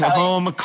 home